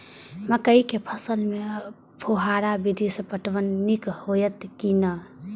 मकई के फसल में फुहारा विधि स पटवन नीक हेतै की नै?